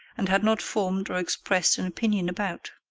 and had not formed or expressed an opinion about.